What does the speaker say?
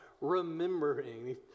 Remembering